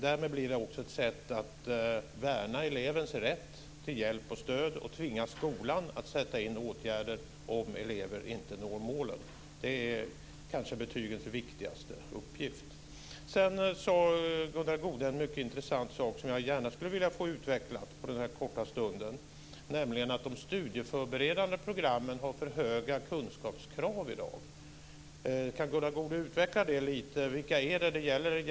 Därmed blir det också ett sätt att värna elevens rätt till hjälp och stöd och tvinga skolan att sätta in åtgärder om elever inte når målen. Det är kanske betygens viktigaste uppgift. Gunnar Goude sade en mycket intressant sak som jag gärna skulle vilja få utvecklat på denna korta stund, nämligen att de studieförberedande programmen i dag har för höga kunskapskrav. Kan Gunnar Goude utveckla det lite? Vilka program är det som det gäller?